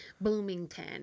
Bloomington